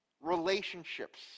relationships